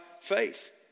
faith